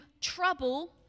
trouble